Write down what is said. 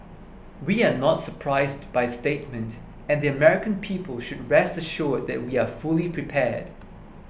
we are not surprised by statement and the American people should rest assured that we are fully prepared